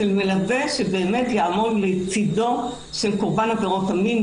מלווה שיעמוד לצדו של קורבן עבירות המין,